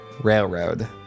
Railroad